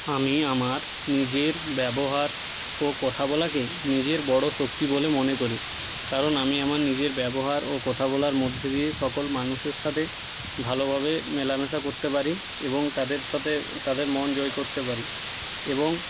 আমি আমার নিজের ব্যবহার ও কথা বলাকে নিজের বড়ো শক্তি বলে মনে করি কারণ আমি আমার নিজের ব্যবহার ও কথা বলার মধ্যে দিয়ে সকল মানুষের সাথে ভালোভাবে মেলামেশা করতে পারি এবং তাদের সাথে তাদের মন জয় করতে পারি এবং